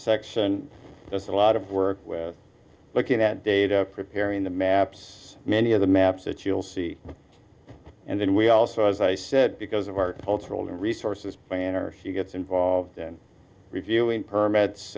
section does a lot of work looking at data preparing the maps many of the maps that you'll see and then we also as i said because of our cultural resources planner he gets involved in reviewing permits